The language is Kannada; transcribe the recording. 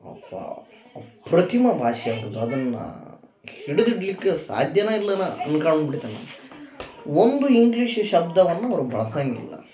ಅಬ್ಬಾ ಅಪ್ರತಿಮ ಭಾಷೆ ಅವರದು ಅದನ್ನು ಹಿಡಿದಿಡ್ಲಿಕ್ಕೆ ಸಾಧ್ಯನೇ ಇಲ್ಲನ ಅನ್ಕಂಡು ಬಿಡ್ತೆ ನಾ ಒಂದು ಇಂಗ್ಲೀಷ್ ಶಬ್ದವನ್ನು ಅವರು ಬಳಸಂಗಿಲ್ಲ